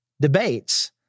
debates